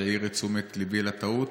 שהעיר את תשומת ליבי לטעות.